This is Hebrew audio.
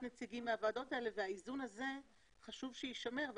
הנציגים מהוועדות האלה והאיזון הזה חשוב שיישמר.